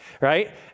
right